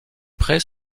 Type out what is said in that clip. prêt